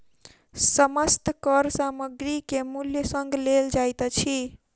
समस्त कर सामग्री के मूल्य संग लेल जाइत अछि